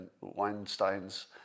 Weinstein's